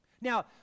Now